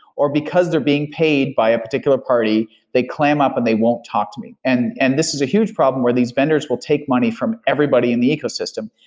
or because they're being paid by particular party, they clam up and they won't talk to me. and and this is a huge problem where these vendors will take money from everybody in the ecosystem.